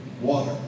water